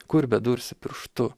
kur bedursi pirštu